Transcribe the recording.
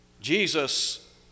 Jesus